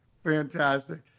Fantastic